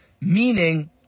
Meaning